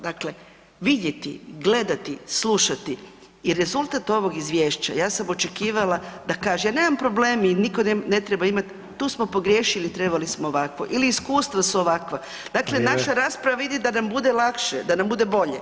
Dakle, vidjeti, gledati, slušati i rezultat ovog izvješća, ja sam očekivala da kaže, ja nemam problem i nitko ne treba imati tu smo pogriješili trebali smo ovako ili iskustava su ovakva, dakle [[Upadica: Vrijeme.]] naša rasprava vidi da nam bude lakše, da nam bude [[Upadica: Vrijeme.]] bolje.